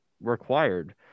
required